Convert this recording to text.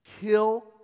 kill